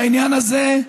העניין הזה,